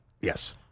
Yes